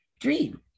Dream